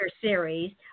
series